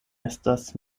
estas